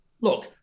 look